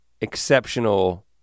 exceptional